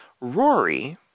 Rory